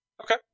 okay